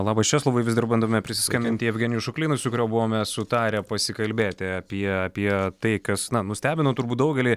labas česlovai vis dar bandome prisiskambinti jevgenijui šuklinui su kuriuo buvome sutarę pasikalbėti apie apie tai kas na nustebino turbūt daugelį